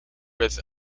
with